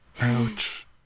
Ouch